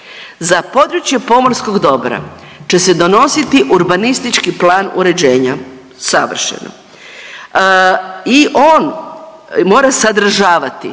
Za područje pomorskog dobra će se donositi urbanistički plan uređenja, savršeno. I on mora sadržavati